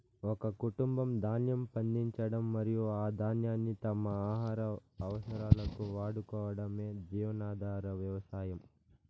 ఒక కుటుంబం ధాన్యం పండించడం మరియు ఆ ధాన్యాన్ని తమ ఆహార అవసరాలకు వాడుకోవటమే జీవనాధార వ్యవసాయం